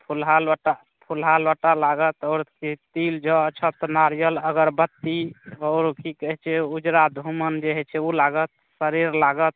फुलहा लोटा फुलहा लोटा लागत आओर तिल जौ अक्षत नारियल अगरबत्ती आओर की कहै छै उजरा धूमन जे हइ छै ओ लागत शरीर लागत